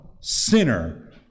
sinner